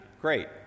great